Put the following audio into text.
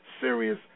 serious